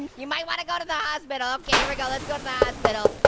you might wanna go to the hospital. okay, here we go, let's go to the hospital.